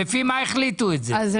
לפי מה החליטו על כך?